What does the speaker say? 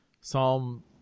Psalm